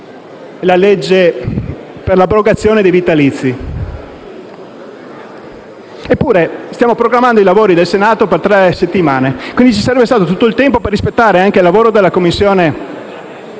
per l'abrogazione dei vitalizi. Stiamo programmando i lavori del Senato per tre settimane e, quindi, ci sarebbe stato tutto il tempo per rispettare anche il lavoro della Commissione